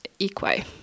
equi